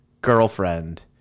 girlfriend